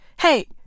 hey